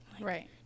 Right